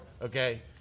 okay